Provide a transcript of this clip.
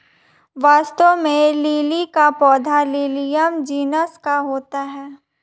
वास्तव में लिली का पौधा लिलियम जिनस का होता है